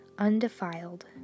undefiled